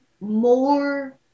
more